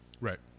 right